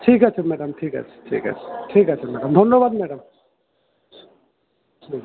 ঠিক আছে ম্যাডাম ঠিক আছে ঠিক আছে ঠিক আছে ম্যাডাম ধন্যবাদ ম্যাডাম হুম